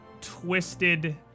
twisted